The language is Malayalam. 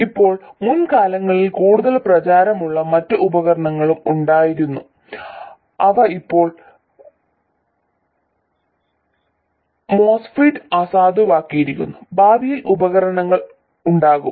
ഇപ്പോൾ മുൻകാലങ്ങളിൽ കൂടുതൽ പ്രചാരമുള്ള മറ്റ് ഉപകരണങ്ങളും ഉണ്ടായിരുന്നു അവ ഇപ്പോൾ MOSFET അസാധുവാക്കിയിരിക്കുന്നു ഭാവിയിൽ ഉപകരണങ്ങൾ ഉണ്ടാകും